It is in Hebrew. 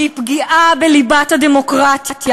שהיא פגיעה בליבת הדמוקרטיה,